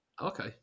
Okay